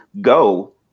go